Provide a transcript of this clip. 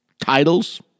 titles